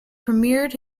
premiered